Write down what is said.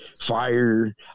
fire